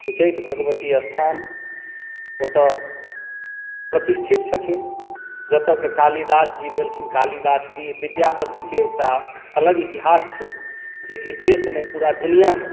उच्चैठ भगवती स्थान ओतय प्रतिष्ठित छथिन जतयके कालिदास जी भेलखिन कालिदास डीह विद्यापतिके एकटा अलग इतिहास छै जे कि देश नहि पूरा दुनिआँमे